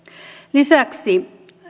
lisäksi